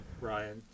Ryan